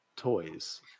toys